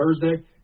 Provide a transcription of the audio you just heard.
Thursday